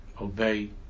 Obey